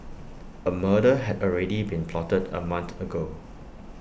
A murder had already been plotted A month ago